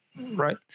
Right